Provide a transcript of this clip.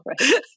Right